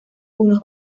unos